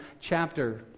chapter